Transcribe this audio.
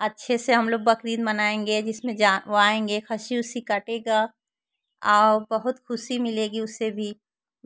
अच्छे से हम लोग बकरीद मनाएंगे जिसमें जा वह आएंगे खस्सी उस्सी कटेगा और बहुत ख़ुशी मिलेगी उससे भी